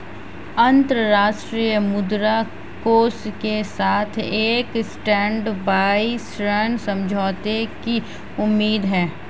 अंतर्राष्ट्रीय मुद्रा कोष के साथ एक स्टैंडबाय ऋण समझौते की उम्मीद है